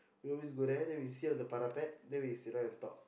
we always go there then we sit on the parapet then we sit and talk